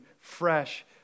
fresh